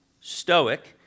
stoic